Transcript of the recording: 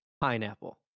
pineapple